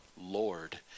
Lord